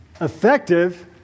effective